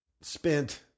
spent